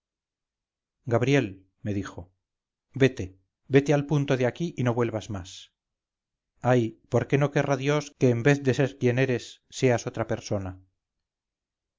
gabriel me dijo vete vete al punto de aquí y no vuelvas más ay por qué no querrá dios que en vez de ser quien eres seas otra persona